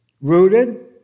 Rooted